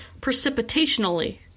precipitationally